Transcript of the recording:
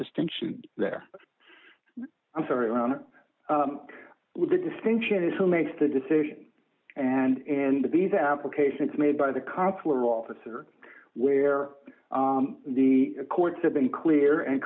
distinction there i'm sorry around the distinction is who makes the decision and in these applications made by the consular officer where the courts have been clear and